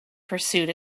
pursuit